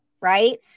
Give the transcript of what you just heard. right